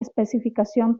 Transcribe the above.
especificación